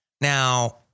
Now